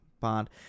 Bond